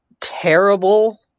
terrible